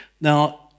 Now